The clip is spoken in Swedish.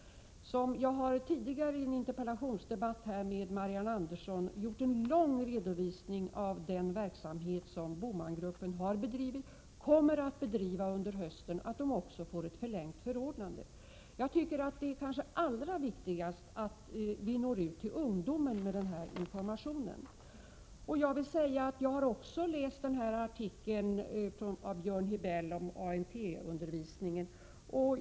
Jag har tidigare i en interpellationsdebatt här i kammaren med Marianne Andersson lämnat en lång redovisning av den verksamhet som BOMAN gruppen har bedrivit och kommer att bedriva under hösten. Det gäller alltså också att gruppen får ett förlängt förordnande. Men det allra viktigaste är kanske att vi når ut till ungdomen med denna information. Jag vill framhålla att också jag har läst den nämnda artikeln av Björn Hibell om ANT-undervisningen.